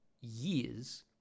years